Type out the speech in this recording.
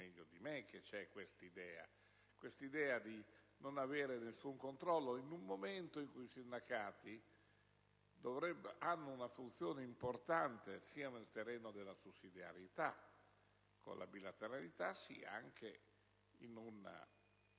meglio di me che c'è, questa idea di non avere nessun controllo, in un momento in cui i sindacati hanno una funzione importante, sia sul terreno della sussidiarietà, con la bilateralità, sia anche in una